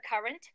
current